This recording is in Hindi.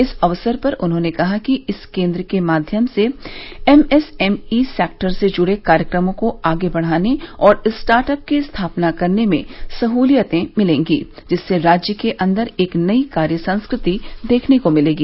इस अवसर पर उन्होंने कहा कि इस केन्द्र के माध्यम से एमएसएमई सेक्टर से जुड़े कार्यक्रमों को आगे बढ़ाने और स्टाटअप की स्थापना करने में सहूलियतें मिलेंगी जिससे राज्य के अन्दर एक नई कार्य संस्कृति देखने को मिलेगी